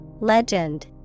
Legend